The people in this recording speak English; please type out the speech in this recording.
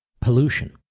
pollution